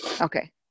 Okay